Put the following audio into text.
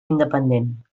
independent